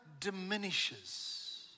diminishes